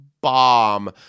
bomb